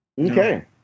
okay